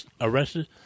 arrested